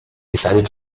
decided